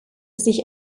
sich